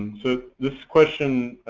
so this question,